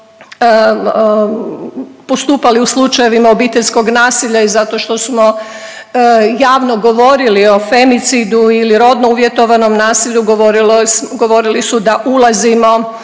postupali u slučajevima obiteljskog nasilja i zato što smo javno govorili o femicidu ili rodno uvjetovanom nasilju. Govorili su da ulazimo